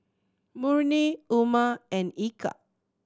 Murni Umar and Eka